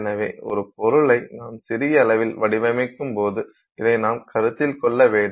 எனவே ஒரு பொருளை நாம் சிறிய அளவில் வடிவமைக்கும்போது இதை நாம் கருத்தில் கொள்ள வேண்டும்